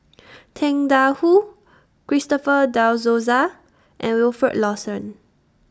Tang DA Wu Christopher De Souza and Wilfed Lawson